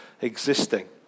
existing